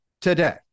today